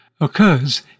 occurs